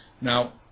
Now